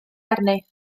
arni